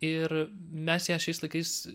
ir mes ją šiais laikais